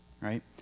right